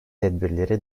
tedbirleri